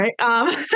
right